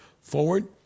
forward